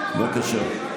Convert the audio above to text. בבקשה.